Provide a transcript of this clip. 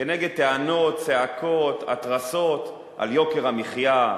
כנגד טענות, צעקות והתרסות על יוקר המחיה,